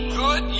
good